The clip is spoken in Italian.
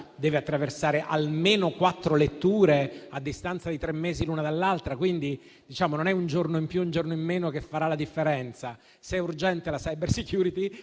deve attraversare almeno quattro letture a distanza di tre mesi l'una dall'altra, quindi non sarà un giorno in più o un giorno in meno a fare la differenza. Se è urgente la *cybersecurity*,